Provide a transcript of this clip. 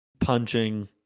punching